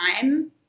time